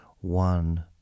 one